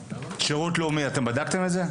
שירות לאומי אתם בדקתם את זה?